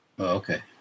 Okay